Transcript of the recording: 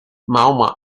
mahoma